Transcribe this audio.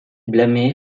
blâmé